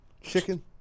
Chicken